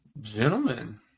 gentlemen